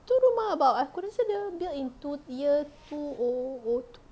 tu rumah about aku rasa dia build in two year two O O two